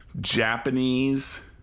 Japanese